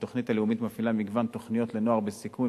התוכנית הלאומית מפעילה מגוון תוכניות לנוער בסיכון,